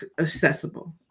accessible